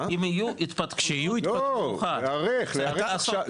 לא, להיערך עכשיו.